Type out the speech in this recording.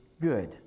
good